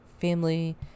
family